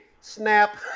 snap